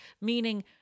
meaning